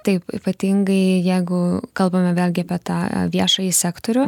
taip ypatingai jeigu kalbame vėlgi apie tą viešąjį sektorių